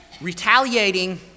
Retaliating